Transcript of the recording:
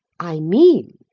i mean,